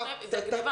עכשיו,